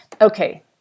Okay